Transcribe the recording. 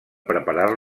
preparar